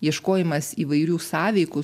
ieškojimas įvairių sąveikų